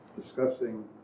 discussing